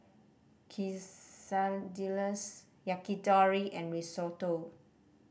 Quesadillas Yakitori and Risotto